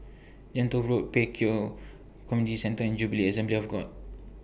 Gentle Road Pek Kio Community Centre and Jubilee Assembly of God